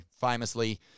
famously